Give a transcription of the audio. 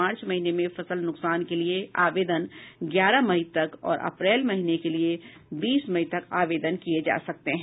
मार्च महीने में फसल नुकसान के लिए आवेदन ग्यारह मई तक और अप्रैल महीने के लिए बीस मई तक आवेदन किये जा सकते हैं